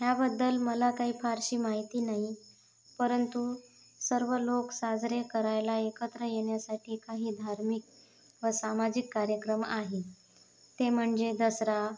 ह्याबद्दल मला काही फारशी माहिती नाही परंतु सर्व लोक साजरे करायला एकत्र येण्यासाठी काही धार्मिक व सामाजिक कार्यक्रम आहे ते म्हणजे दसरा